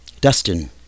Dustin